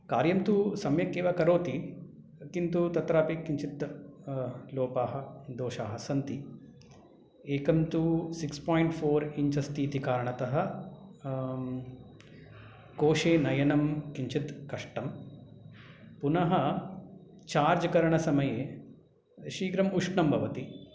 कार्यं तु सम्यकेव करोति किन्तु तत्रापि किञ्चित् लोपाः दोषाः सन्ति एकं तु सिक्स् पायिण्ट् फोर् इञ्च् अस्तीति कारणतः कोषे नयनं किञ्चित् कष्टं पुनः चार्ज् करणसमये शीघ्रम् उष्णं भवति